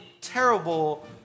Terrible